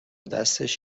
دستش